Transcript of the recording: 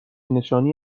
نشانهای